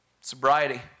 Sobriety